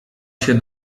się